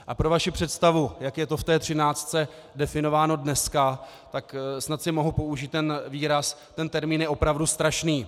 A pro vaši představu, jak je to v té třináctce definováno dneska, tak snad mohu použít výraz, ten termín je opravdu strašný.